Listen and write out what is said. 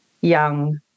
Young